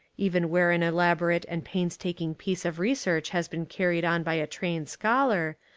even where an elaborate and painstaking piece of research has been carried on by a trained scholar,